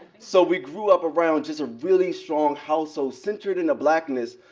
so we grew up around just a really strong house so centered in a blackness,